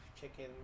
chicken